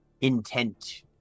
intent